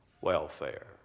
Welfare